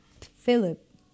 Philip